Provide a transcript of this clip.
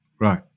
right